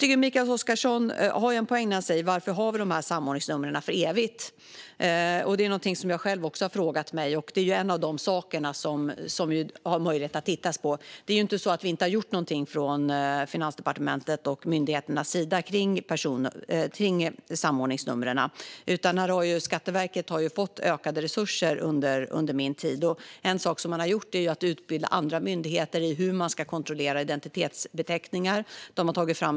Mikael Oscarsson har en poäng när han undrar varför vi har dessa samordningsnummer för evigt. Detta har jag själv också frågat mig. Det är en av de saker vi har möjlighet att titta på. Det är inte så att vi inte från Finansdepartementets och myndigheternas sida har gjort något när det gäller samordningsnumren. Skatteverket har under min tid fått ökade resurser. En sak de har gjort är att utbilda andra myndigheter i hur identitetsbeteckningar ska kontrolleras.